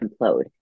implode